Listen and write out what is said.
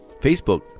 facebook